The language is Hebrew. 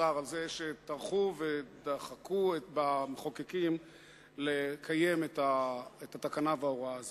סער על שטרחו ודחקו במחוקקים לקיים את התקנה וההוראה הזאת.